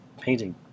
painting